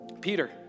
Peter